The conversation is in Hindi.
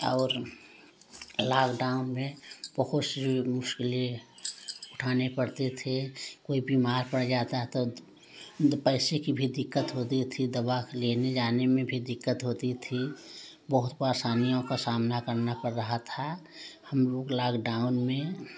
और लॉकडाउन में बहुत से मुश्किलें उठाने पड़ते थे कोई बीमार पड़ जाता था तो पैसे की भी दिक्कत होती थी दवा लेने जाने में भी दिक्कत होती थी बहुत परशानीयों का सामना करना पड़ रहा था हम लोग लॉकडाउन में